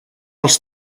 els